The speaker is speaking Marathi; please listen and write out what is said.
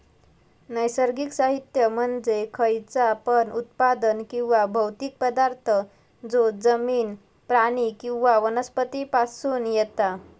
नैसर्गिक साहित्य म्हणजे खयचा पण उत्पादन किंवा भौतिक पदार्थ जो जमिन, प्राणी किंवा वनस्पती पासून येता